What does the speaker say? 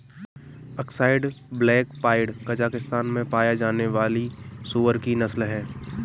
Aksai black pied Kazakhstan में पाया जाने वाली सूअर की नस्ल है